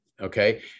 Okay